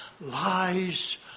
lies